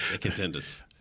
contenders